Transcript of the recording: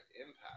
impact